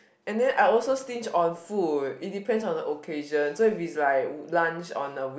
and then I also sting on food it depend on the occasion so if its like lunch on a week